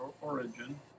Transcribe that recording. origin